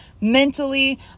mentally